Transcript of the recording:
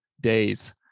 days